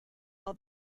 all